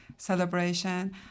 celebration